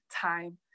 time